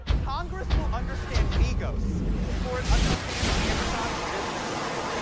congress will understand migos before it understands amazon's business model.